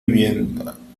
bien